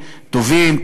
טובים,